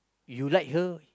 you like her